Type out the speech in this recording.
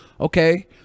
Okay